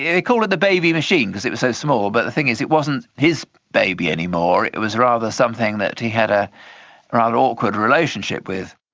called it the baby machine because it was so small, but the thing is it wasn't his baby anymore, it it was rather something that he had a rather awkward relationship with.